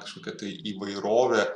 kažkokia tai įvairovė